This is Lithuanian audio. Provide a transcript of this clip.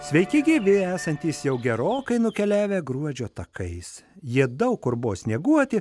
sveiki gyvi esantys jau gerokai nukeliavę gruodžio takais jie daug kur buvo snieguoti